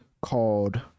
Called